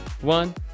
one